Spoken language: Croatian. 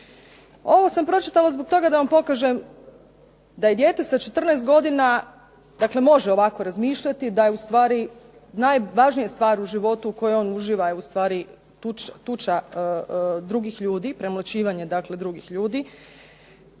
Ovo sam pročitala zbog toga da vam pokažem da i dijete sa 14 godina može ovako razmišljati da je ustvari najvažnija stvar u životu u kojoj on uživa je tuča drugih ljudi, premlaćivanje dakle drugih ljudi